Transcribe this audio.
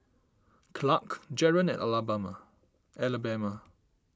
Clarke Jaren and Alabama